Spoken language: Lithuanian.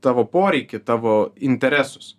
tavo poreikį tavo interesus